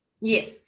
Yes